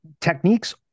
techniques